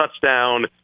touchdown